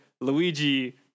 Luigi